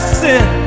sin